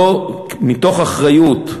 מתוך אחריות,